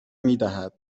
میدهد